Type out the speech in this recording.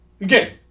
Again